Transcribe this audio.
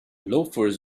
loafers